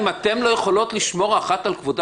אם אתן לא יכולות לשמור אחת על כבודה